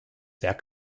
werk